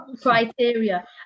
criteria